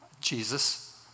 Jesus